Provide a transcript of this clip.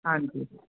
ਹਾਂਜੀ